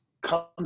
Comes